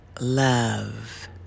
love